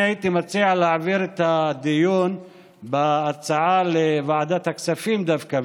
הייתי מציע להעביר את הדיון בהצעה לוועדת הכספים דווקא,